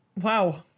Wow